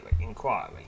inquiry